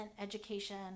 education